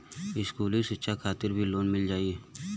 इस्कुली शिक्षा खातिर भी लोन मिल जाई?